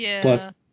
Plus